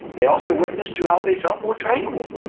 they also witnessed to how they felt more tranquil.